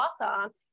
awesome